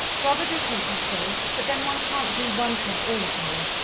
rather different, you'll say but then one can't do one thing all the time,